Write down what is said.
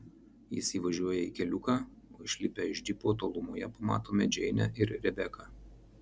jis įvažiuoja į keliuką o išlipę iš džipo tolumoje pamatome džeinę ir rebeką